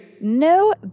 No